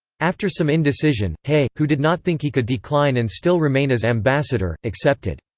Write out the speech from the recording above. after some indecision, hay, who did not think he could decline and still remain as ambassador, accepted.